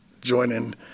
joining